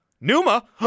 Numa